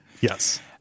Yes